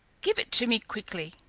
give it to me, quickly.